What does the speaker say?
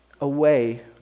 away